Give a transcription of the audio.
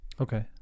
Okay